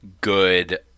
good